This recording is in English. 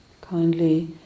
kindly